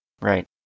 Right